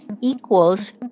equals